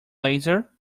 laser